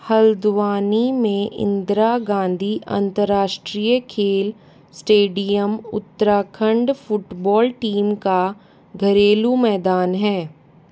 हल्द्वानी में इंद्रा गाँधी अंतर्राष्ट्रीय खेल स्टेडियम उत्तराखंड फ़ुटबॉल टीम का घरेलू मैदान है